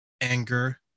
anger